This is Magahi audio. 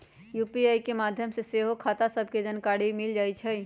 यू.पी.आई के माध्यम से सेहो खता सभके जानकारी मिल जाइ छइ